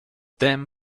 them